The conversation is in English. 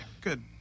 Good